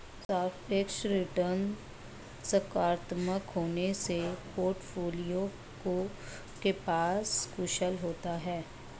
सापेक्ष रिटर्न सकारात्मक होने से पोर्टफोलियो के पास कौशल होता है